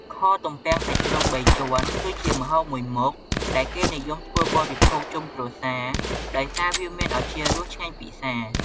ខទំពាំងសាច់ជ្រូកបីជាន់គឺជាម្ហូបមួយមុខ ដែលគេនិយមធ្វើបរិភោគជុំគ្រួសារ ដោយសារវាមានឱជារសឆ្ងាញ់ពិសា។